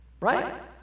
Right